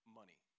money